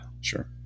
Sure